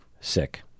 sick